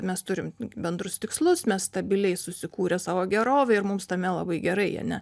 mes turim bendrus tikslus mes stabiliai susikūrę savo gerovę ir mums tame labai gerai ane